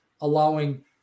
allowing